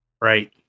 Right